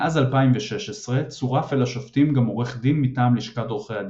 מאז 2016 צורף אל השופטים גם עורך דין מטעם לשכת עורכי הדין.